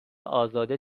ازاده